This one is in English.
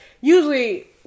usually